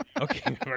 Okay